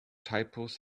typos